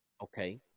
Okay